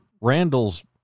Randall's